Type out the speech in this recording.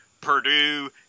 Purdue